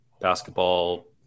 basketball